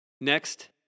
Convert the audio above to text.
Next